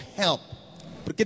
help